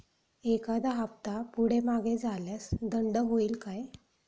एखादा हफ्ता पुढे मागे झाल्यास दंड होईल काय?